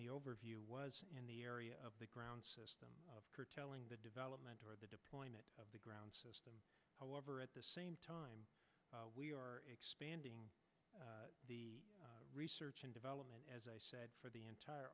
the overview was in the area of the ground system telling the development or the deployment of the ground system however at the same time we are expanding the research and development as i said for the entire